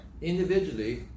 Individually